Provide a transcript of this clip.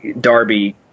Darby